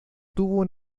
tubo